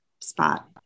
spot